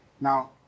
Now